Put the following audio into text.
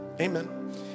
Amen